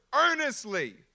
earnestly